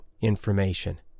information